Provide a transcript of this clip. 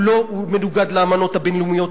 הוא מנוגד לאמנות הבין-לאומיות,